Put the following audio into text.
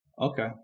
Okay